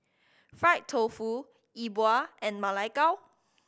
fried tofu E Bua and Ma Lai Gao